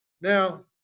Now